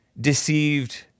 deceived